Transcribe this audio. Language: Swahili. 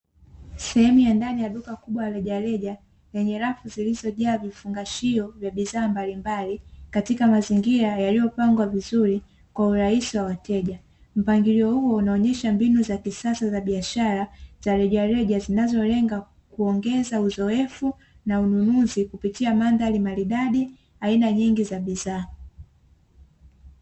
Sehemu ya ndani ya duka kubwa la rejareja lenye rafu zilizojaa vifungashio vya bidsdhaa mbalimbali, katika mazingira yaliyopangwa vizuri kwa urahisi wa wateja. Mpangilio huu unaonyesha mbinu za kisasa za biashara za rejareja zinazolenga kuongeza uzoefu na ununuzi kupitia mandhari maridadi, aina nyingi za bidhaa.